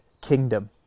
kingdom